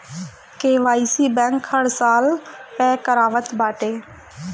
KYC bank हर साल पअ करावत बाटे